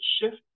shift